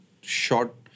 short